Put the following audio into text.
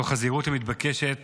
תוך הזהירות המתבקשת